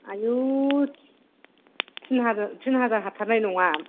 आयौ तिन हाजार तिन हाजार हाथारनाय नङा